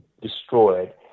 destroyed